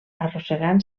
arrossegant